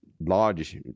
large